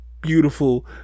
beautiful